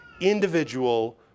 individual